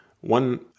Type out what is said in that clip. One